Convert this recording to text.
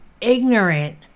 ignorant